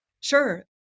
Sure